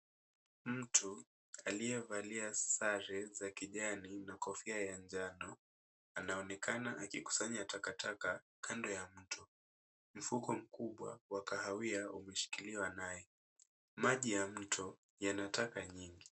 Mtu aliyevalia sare za kijani na kofia ya manjano. Anaonekana akikusanya takataka kando ya mto, mfuko mkubwa wa kahawia umeshikiliwa naye .Maji ya mto yana taka nyingi.